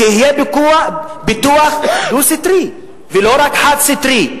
שיהיה פיתוח דו-סטרי ולא רק חד-סטרי.